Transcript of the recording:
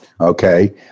okay